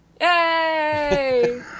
Yay